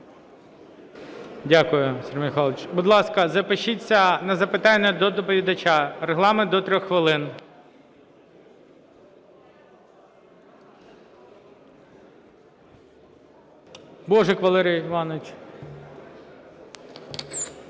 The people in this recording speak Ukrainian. Дякую, Сергію Михайловичу. Будь ласка, запишіться на запитання до доповідача. Регламент до 3 хвилин. Божик Валерій Іванович.